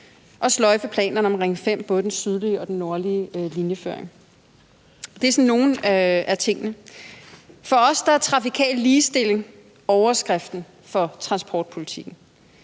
at sløjfe planerne om Ring 5, både den sydlige og den nordlige linjeføring. Det er nogle af tingene. For os er trafikal ligestilling overskriften for transportpolitikken.